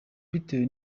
bitewe